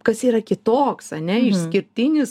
kas yra kitoks ar ne išskirtinis